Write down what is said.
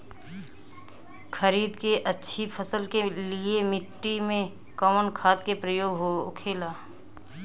खरीद के अच्छी फसल के लिए मिट्टी में कवन खाद के प्रयोग होखेला?